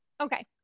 Okay